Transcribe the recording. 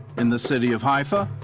in the city of haifa,